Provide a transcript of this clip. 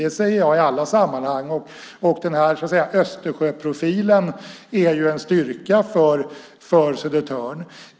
Det säger jag i alla sammanhang. Östersjöprofilen är ju en styrka för Södertörn.